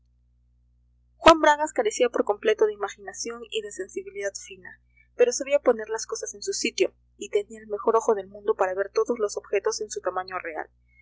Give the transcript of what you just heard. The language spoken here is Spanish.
juan bragas carecía por completo de imaginación y de sensibilidad fina pero sabía poner las cosas en su sitio y tenía el mejor ojo del mundo para ver todos los objetos en su tamaño real